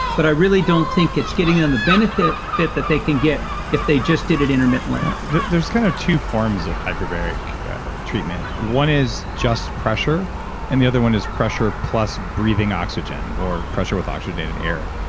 but i really don't think it's getting on the benefit that that they can get if they just did it intermittently there's kind of two forms of hyperbaric treatment. one is, just pressure and the other one is, pressure plus breathing oxygen or pressure with oxygenated air.